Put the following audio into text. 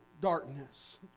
darkness